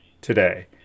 today